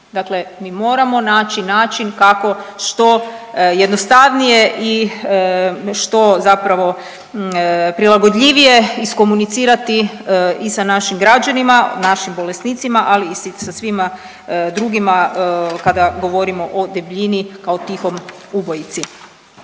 dakle mi moramo naći način kako što jednostavnije i što zapravo prilagodljivije iskomunicirati i sa našim građenima, našim bolesnicima, ali i sa svima drugima kada govorimo o debljini kao tihom ubojici.